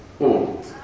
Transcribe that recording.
old